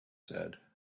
said